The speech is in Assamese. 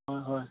হয়